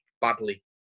badly